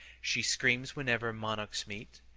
she screams whenever monarchs meet,